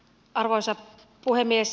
arvoisa puhemies